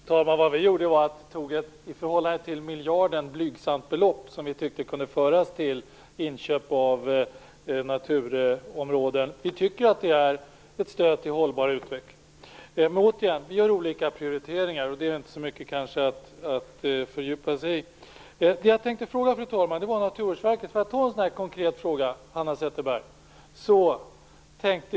Fru talman! Det vi gjorde var att vi tog ett i förhållande till miljarden blygsamt belopp, som vi tyckte kunde föras till inköp av naturområden. Vi tycker att det är ett stöd till hållbar utveckling. Jag vill återigen säga att vi gör olika prioriteringar, och det är kanske inte så mycket att fördjupa sig i. Det jag tänkte fråga, fru talman, gällde Naturvårdsverket. Får jag ställa en konkret fråga, Hanna Zetterberg?